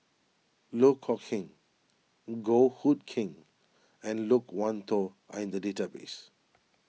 Loh Kok Heng Goh Hood Keng and Loke Wan Tho are in the database